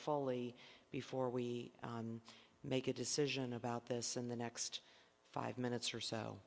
fully before we make a decision about this in the next five minutes or so